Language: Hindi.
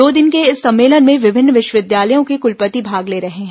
दो दिन के इस सम्मेलन में विभिन्न विश्वविद्यालयों के कुलपति भाग ले रहे हैं